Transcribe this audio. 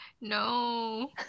No